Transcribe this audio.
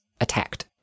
attacked